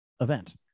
event